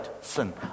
sin